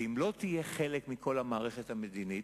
ואם לא תהיה חלק מכל המערכת המדינית,